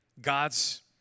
God's